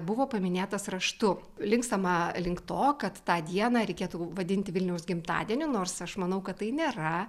buvo paminėtas raštu linkstama link to kad tą dieną reikėtų vadinti vilniaus gimtadieniu nors aš manau kad tai nėra